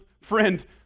friend